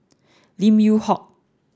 Lim Yew Hock